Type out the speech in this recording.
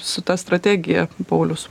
su ta strategija paulius